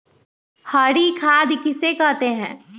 हरी खाद किसे कहते हैं?